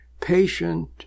patient